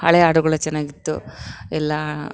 ಹಳೇ ಹಾಡುಗಳೆ ಚೆನ್ನಾಗಿತ್ತು ಎಲ್ಲ